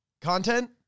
Content